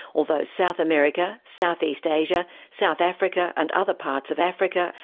although south america, south east asia, south africa and other parts of africa,